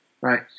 right